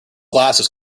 glasses